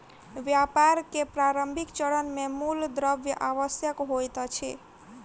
व्यापार के प्रारंभिक चरण मे मूल द्रव्य आवश्यक होइत अछि